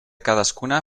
cadascuna